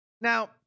Now